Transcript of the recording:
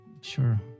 sure